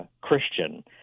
Christian